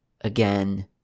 again